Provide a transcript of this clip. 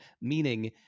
meaning